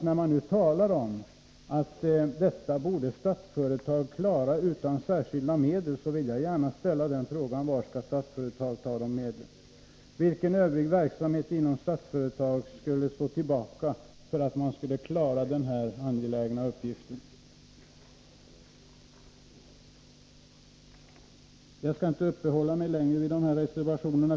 När man nu säger att Statsföretag borde klara detta utan särskilda medel vill jag gärna ställa ett par frågor: Var skall Statsföretag då ta medel? Vilken övrig verksamhet inom Statsföretag skall stå tillbaka för att man skall kunna klara den här angelägna uppgiften? Jag ämnar inte uppehålla mig längre vid dessa reservationer.